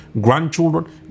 grandchildren